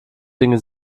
dinge